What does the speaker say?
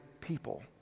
people